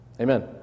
Amen